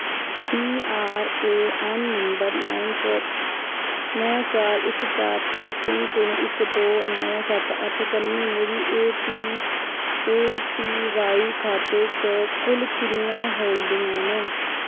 PRAN number nine four नौ चार इक चार छे तिन्न तिन्न इक दो नौ सत्त अट्ठ कन्नै मेरी एपीवाई खाते च कुल किन्नियां होल्डिंगां न